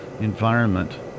environment